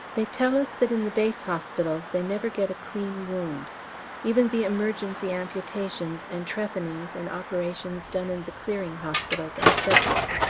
they tell us that in the base hospitals they never get a clean wound even the emergency amputations and trephinings and operations done in the clearing hospitals are septic,